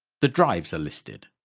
the drives are listed.